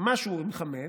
משהו עם חמץ,